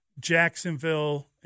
Jacksonville